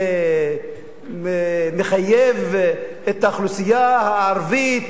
לחייב את האוכלוסייה הערבית